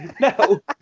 No